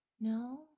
No